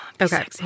Okay